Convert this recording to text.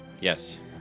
Yes